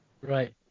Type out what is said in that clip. Right